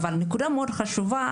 אבל נקודה מאוד חשובה,